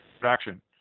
production